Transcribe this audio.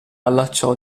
allacciò